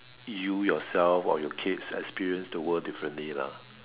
you yourself or your kids experience the world differently lah